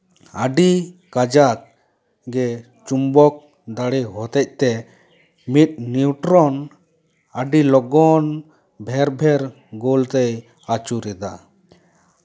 ᱟᱹᱰᱤ ᱠᱟᱡᱟᱠ ᱜᱮ ᱪᱩᱢᱵᱚᱠ ᱫᱟᱲᱮ ᱦᱚᱛᱮᱫ ᱛᱮ ᱢᱤᱫ ᱱᱤᱭᱩᱴᱨᱚᱱ ᱟᱹᱰᱤ ᱞᱚᱜᱚᱱ ᱵᱷᱮᱨ ᱵᱷᱮᱨ ᱜᱳᱞ ᱛᱮᱭ ᱟᱹᱪᱩᱨᱮᱫᱟ